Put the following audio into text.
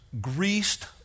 greased